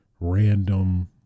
random